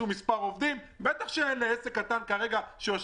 מספר עובדים בטח שאין לעסק קטן באופקים